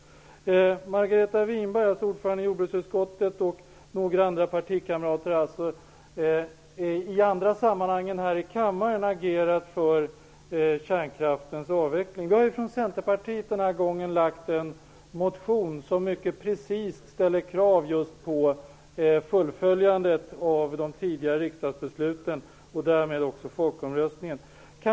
Margareta Winberg, ordförande i jordbruksutskottet, och några andra partikamrater har i andra sammanhang än här i kammaren agerat för kärnkraftens avveckling. Från Centerpartiet har vi i år väckt en motion i vilken vi ställer precisa krav på ett fullföljande av de tidigare riksdagsbesluten och därmed också folkomröstningens resultat.